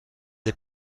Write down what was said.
des